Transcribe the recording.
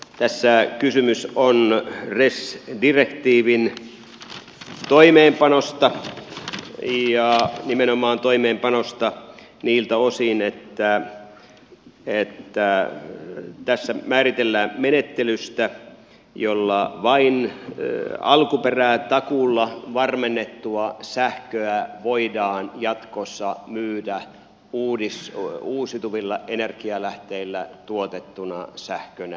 tässä kysymys on res direktiivin toimeenpanosta ja nimenomaan toimeenpanosta niiltä osin että tässä määritellään menettelystä jolla vain sellaista sähköä jonka alkuperä on takuulla varmennettua voidaan jatkossa myydä uusiutuvilla energialähteillä tuotettuna sähkönä